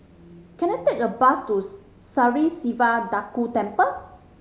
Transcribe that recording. can I take a bus to Sri Siva Durga Temple